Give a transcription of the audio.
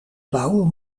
bouwen